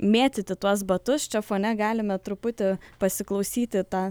mėtyti tuos batus čia fone galime truputį pasiklausyti tą